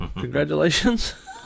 Congratulations